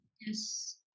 Yes